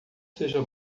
seja